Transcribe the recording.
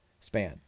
span